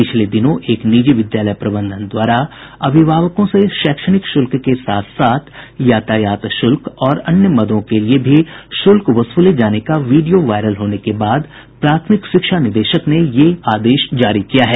पिछले दिनों एक निजी विद्यालय प्रबंधन द्वारा अभिभावकों से शैक्षणिक शुल्क के साथ साथ यातायात शुल्क और अन्य मदों के लिए भी शुल्क वसूले जाने का वीडियो वायरल होने के बाद प्राथमिक शिक्षा निदेशक ने यह आदेश दिया है